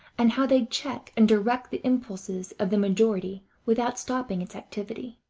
and how they check and direct the impulses of the majority without stopping its activity.